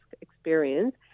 experience